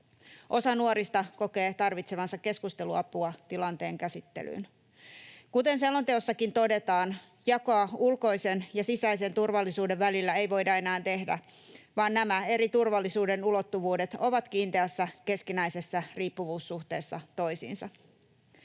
Osa nuorista kokee tarvitsevansa keskusteluapua tilanteen käsittelyyn. Kuten selonteossakin todetaan, jakoa ulkoisen ja sisäisen turvallisuuden välillä ei voida enää tehdä, vaan nämä eri turvallisuuden ulottuvuudet ovat kiinteässä keskinäisessä riippuvuussuhteessa toisiinsa.